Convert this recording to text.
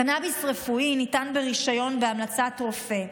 קנביס רפואי ניתן ברישיון בהמלצת רופא,